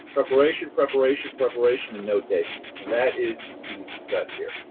preparation, preparation, preparation and note taking, that is the key to success here.